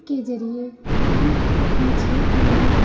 के ज़रिये हम अपने क्षेत्र में